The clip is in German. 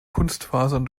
kunstfasern